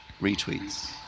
retweets